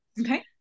Okay